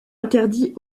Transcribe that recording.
interdit